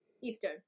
Eastern